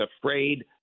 afraid